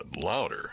louder